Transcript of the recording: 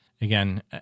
again